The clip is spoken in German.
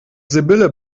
sibylle